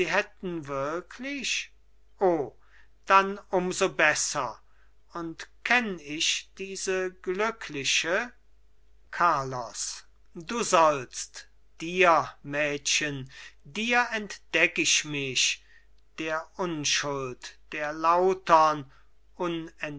hätten wirklich o dann um so besser und kenn ich diese glückliche carlos du sollst dir mädchen dir entdeck ich mich der unschuld der lautern